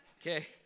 Okay